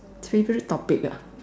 favorite topic